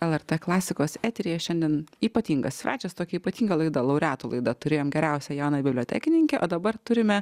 lrt klasikos eteryje šiandien ypatingas svečias tokia ypatinga laida laureatų laida turėjom geriausią jauną bibliotekininkę o dabar turime